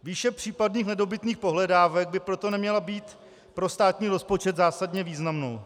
Výše případných nedobytných pohledávek by proto neměla být pro státní rozpočet zásadně významnou.